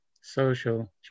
social